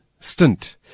stint